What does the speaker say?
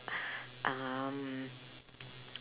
um